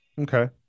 Okay